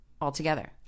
altogether